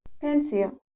Pencil